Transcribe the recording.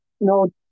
No